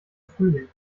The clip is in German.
frühling